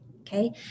okay